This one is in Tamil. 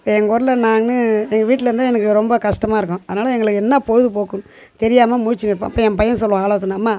எங்கள் ஊரில் நானு எங்கள் வீட்டில் இருந்தா எனக்கு ரொம்ப கஷ்டமா இருக்கும் அதனால எங்களுக்கு என்னா பொழுதுபோக்குன்னு தெரியாமல் முழிச்சின்னு இருப்பேன் அப்போ என் பையன் சொல்லுவான் ஆலோசனை அம்மா